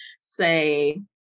say